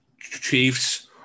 Chiefs